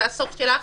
זה הסוף שלך.